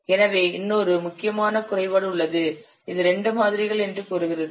எனவே இன்னொரு முக்கியமான குறைபாடு உள்ளது இது இரண்டு மாதிரிகள் என்று கூறுகிறது